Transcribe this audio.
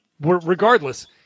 regardless